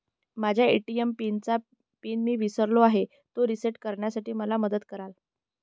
माझ्या ए.टी.एम चा पिन मी विसरलो आहे, तो रिसेट करण्यासाठी मला मदत कराल?